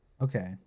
Okay